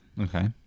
Okay